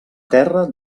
terra